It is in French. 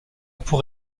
pour